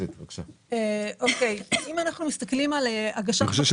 אם אנחנו מסתכלים על הגשת